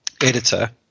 editor